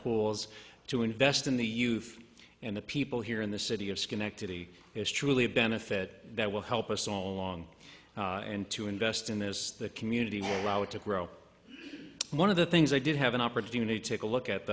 pools to invest in the youth and the people here in the city of schenectady is truly a benefit that will help us all along and to invest in this the community allow it to grow one of the things i did have an opportunity to take a look at